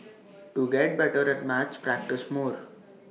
to get better at maths practise more